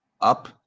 up